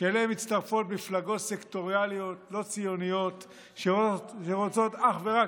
שאליהם מצטרפות מפלגות סקטוריאליות לא ציוניות שרוצות אך ורק